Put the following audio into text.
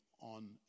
on